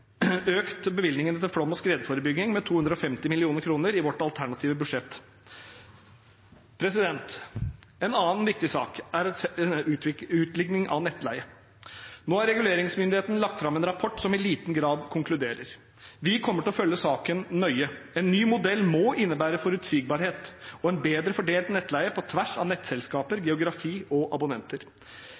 økt bevilgningene til flom- og skredforebygging med 250 mill. kr i vårt alternative budsjett. En annen viktig sak er utligning av nettleie. Nå har reguleringsmyndigheten lagt fram en rapport som i liten grad konkluderer. Vi kommer til å følge saken nøye. En ny modell må innebære forutsigbarhet og en bedre fordelt nettleie på tvers av nettselskaper, geografi og abonnenter.